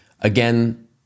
Again